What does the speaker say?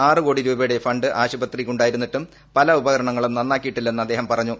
ആറ് കോടി രൂപയുടെ ഫണ്ട് ആശുപത്രിക്കുണ്ടായിരുന്നിട്ടും പല ഉപകരണങ്ങളും നന്നാക്കിയിട്ടില്ലെന്ന് അദ്ദേഹം പറഞ്ഞു